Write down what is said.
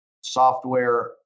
software